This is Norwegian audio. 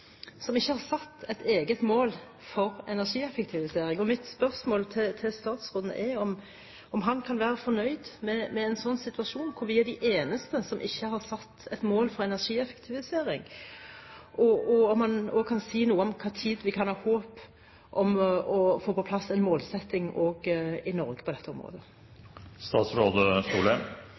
som ikke har satt et eget mål for energieffektivisering. Mitt spørsmål til statsråden er om han kan være fornøyd med en slik situasjon, at vi er de eneste som ikke har satt et mål for energieffektivisering. Kan han si noe om når vi kan ha håp om å få på plass en målsetting også i Norge på dette